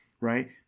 right